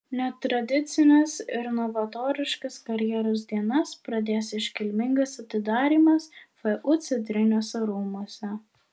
netradicines ir novatoriškas karjeros dienas pradės iškilmingas atidarymas vu centriniuose rūmuose